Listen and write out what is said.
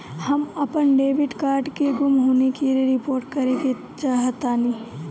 हम अपन debit card के गुम होने की रिपोर्ट करे चाहतानी